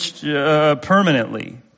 permanently